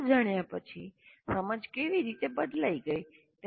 પણ આ જાણ્યા પછી સમજ કેવી રીતે બદલાઈ ગઈ